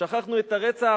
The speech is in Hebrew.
שכחנו את הרצח